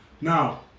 Now